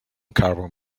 carbon